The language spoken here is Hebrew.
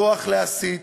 כוח להסית